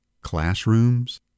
classrooms